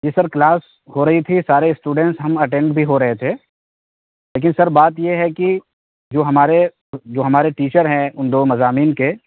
جی sir class ہو رہی تھی سارے اسٹوڈنٹس ہم اٹینڈ بھی ہو رہے تھے لیکن سر بات یہ ہے کہ جو ہمارے جو ہمارے ٹیچر ہیں ان دو مضامین کے